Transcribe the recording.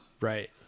right